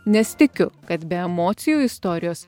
nes tikiu kad be emocijų istorijos